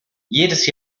jedes